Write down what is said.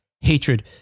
hatred